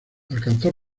alcanzó